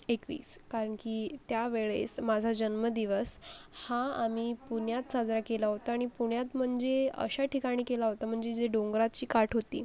एकवीस कारण की त्यावेळेस माझा जन्मदिवस हा आम्ही पुण्यात साजरा केला होता आणि पुण्यात म्हणजे अशा ठिकाणी केला होता म्हणजे जे डोंगराची काठ होती